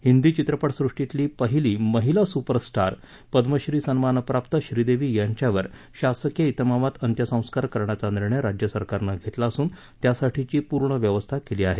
हिंदी चित्रपटसृष्टीतली पहिली महिला सुपरस्टार पद्मश्री सन्मानप्राप्त श्रीदेवी यांच्यावर शासकीय इतमामात अंत्यसंस्कार करण्याचा निर्णय राज्य सरकारनं घेतला असून त्यासाठीची पूर्ण व्यवस्था केली आहे